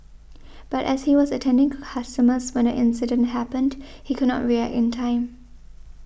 but as he was attending to customers when the incident happened he could not react in time